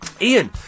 Ian